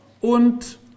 Und